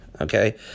okay